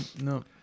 No